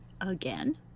again